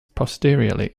posteriorly